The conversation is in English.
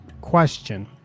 question